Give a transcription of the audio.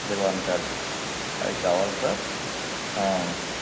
దివాన్ cot అవి కావాలి sir